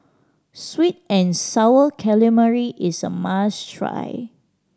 sweet and Sour Calamari is a must try